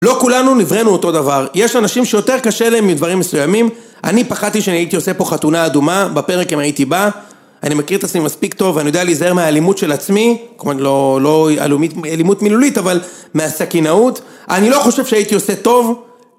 לא כולנו נבראנו אותו דבר. יש אנשים שיותר קשה להם מדברים מסוימים. אני פחדתי שאני הייתי עושה פה חתונה אדומה בפרק אם הייתי בא אני מכיר את עצמי מספיק טוב ואני יודע להיזהר מהאלימות של עצמי. כלומר לא אלימות מילולית אבל מהסכינאות. אני לא חושב שהייתי עושה טוב